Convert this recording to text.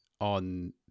on